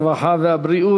הרווחה והבריאות,